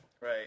Right